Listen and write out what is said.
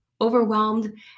overwhelmed